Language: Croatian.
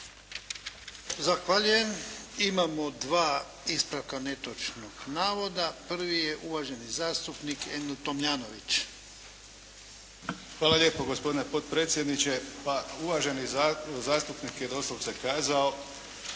Zahvaljujem. Imamo dva ispravka netočnog navoda. Prvi je uvaženi zastupnik Emil Tomljanović. **Tomljanović, Emil (HDZ)** Hvala lijepo gospodine potpredsjedniče. Pa uvaženi zastupnik je doslovce kazao